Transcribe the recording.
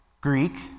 Greek